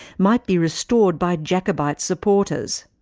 might be restored by jacobite supporters.